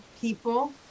people